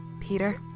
Peter